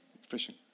Fishing